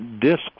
Discs